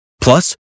Plus